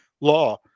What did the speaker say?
law